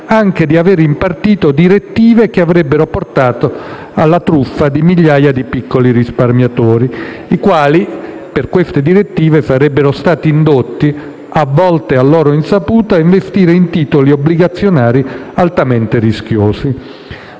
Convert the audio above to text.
anche di aver impartito direttive che avrebbero portato alla truffa di migliaia di piccoli risparmiatori, i quali sarebbero stati indotti, a loro insaputa, a investire in titoli obbligazionari altamente rischiosi.